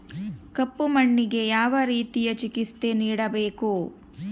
ಕಪ್ಪು ಮಣ್ಣಿಗೆ ಯಾವ ರೇತಿಯ ಚಿಕಿತ್ಸೆ ನೇಡಬೇಕು?